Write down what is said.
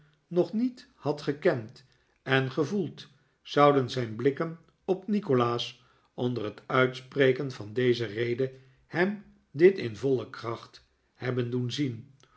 nog niet had gekend eh gevoeld zouden zijn blikken op nikolaas onder het uitspreken van deze rede hem dit in voile kracht hebben doen zien